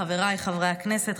חבריי חברי הכנסת,